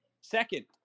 second